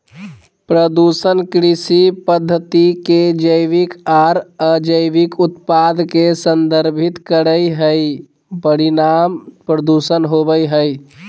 प्रदूषण कृषि पद्धति के जैविक आर अजैविक उत्पाद के संदर्भित करई हई, परिणाम प्रदूषण होवई हई